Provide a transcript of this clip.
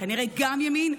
כנראה גם ימין,